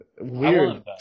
weird